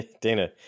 Dana